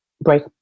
break